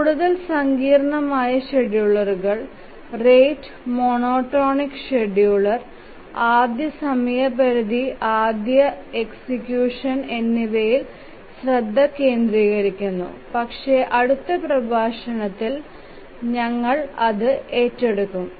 കൂടുതൽ സങ്കീർണ്ണമായ ഷെഡ്യൂളറുകൾ റേറ്റ് മോണോടോണിക് ഷെഡ്യൂളർ ആദ്യ സമയപരിധി ആദ്യ ഷെഡ്യൂളർ എന്നിവയിൽ ശ്രദ്ധ കേന്ദ്രീകരിക്കുന്നു പക്ഷേ അടുത്ത പ്രഭാഷണത്തിൽ ഞങ്ങൾ അത് ഏറ്റെടുക്കും